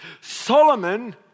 Solomon